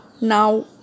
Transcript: now